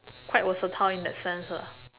quite versatile in that sense lah